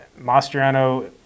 Mastriano